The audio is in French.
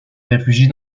réfugier